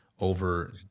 over